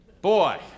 Boy